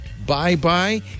Bye-bye